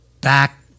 back